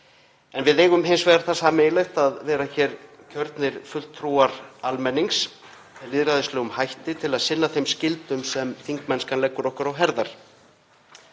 En við eigum það sameiginlegt að vera kjörnir fulltrúar almennings með lýðræðislegum hætti til að sinna þeim skyldum sem þingmennskan leggur okkur á herðar.